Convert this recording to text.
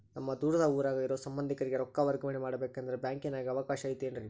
ನಮ್ಮ ದೂರದ ಊರಾಗ ಇರೋ ಸಂಬಂಧಿಕರಿಗೆ ರೊಕ್ಕ ವರ್ಗಾವಣೆ ಮಾಡಬೇಕೆಂದರೆ ಬ್ಯಾಂಕಿನಾಗೆ ಅವಕಾಶ ಐತೇನ್ರಿ?